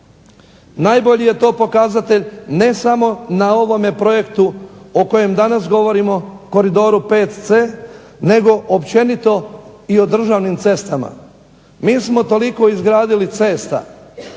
Najbolji je to pokazatelj ne samo na ovom projektu o kojem danas govorimo, Koridoru VC nego općenito i o državnim cestama. Mi smo toliko izgradili cesta